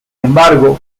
embargo